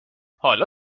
حالا